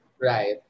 Right